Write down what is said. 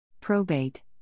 Probate